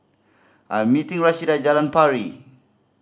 I'm meeting Rashida at Jalan Pari